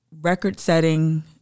record-setting